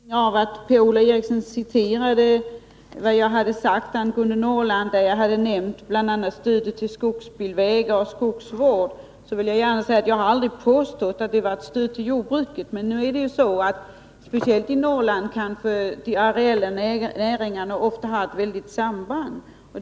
Herr talman! Med anledning av att Per-Ola Eriksson citerade vad jag hade sagt angående Norrland, där jag nämnde bl.a. stödet till skogsbilvägar och skogsvård, vill jag gärna säga att jag aldrig har påstått att det var ett stöd till jordbruket. Men nu är det ju så att speciellt i Norrland har de areella näringarna ofta ett nära samband.